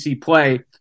play